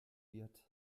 wird